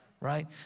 right